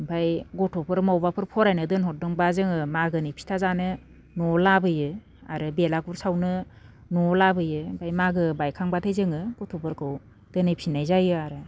ओमफ्राय गथ'फोर मबावबाफोर फरायनाय दोनहरदोंब्ला जोङो मागोनि फिथा जानो न'आव लाबोयो आरो बेलागुर सावनो न'आव लाबोयो ओमफाय मागो बायखांब्लाथाय जोङो गथ'फोरखौ दोनहैफिननाय जायो आरो